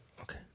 Okay